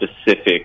specific